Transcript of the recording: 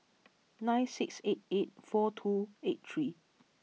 nine six eight eight four two eight three